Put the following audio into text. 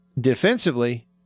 defensively